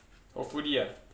hopefully ah